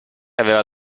aveva